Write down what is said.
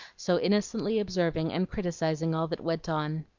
so innocently observing and criticising all that went on.